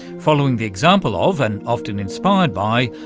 following the example of, and often inspired by,